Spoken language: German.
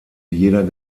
jeder